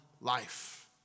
life